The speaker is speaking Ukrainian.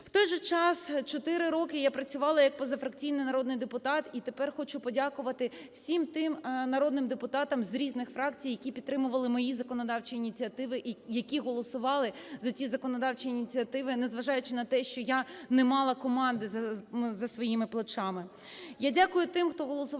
В той же час, чотири роки я працювала як позафракційний народний депутат і тепер хочу подякувати всім тим народним депутатам з різних фракцій, які підтримували мої законодавчі ініціативи і які голосували за ці законодавчі ініціативи, незважаючи на те, що я не мала команди за своїми плечами.